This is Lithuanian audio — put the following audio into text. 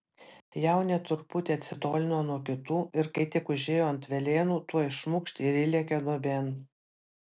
jaunė truputį atsitolino nuo kitų ir kai tik užėjo ant velėnų tuoj šmukšt ir įlėkė duobėn